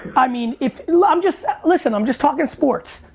i mean if, like i'm just, listen, i'm just talking sports.